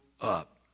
up